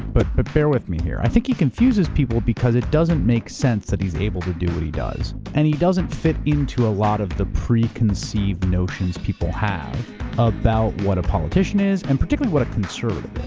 but but bear with me here. i think he confuses people because it doesn't make sense that he's able to do what he does. and he doesn't fit into a lot of the preconceived notions people have about what a politician is, and particularly what a conservative is.